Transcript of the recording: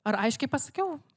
ar aiškiai pasakiau